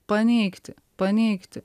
paneigti paneigti